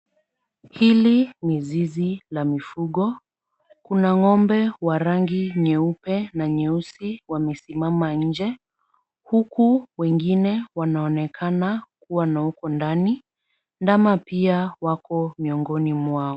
Hili ni zizi la mifugo kuna ng'ombe wa rangi nyeupe na nyeusi wamesimama nje huku wengine wanaonekana kuwa na huko ndani, ndama pia wako miongoni mwao.